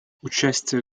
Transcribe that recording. участие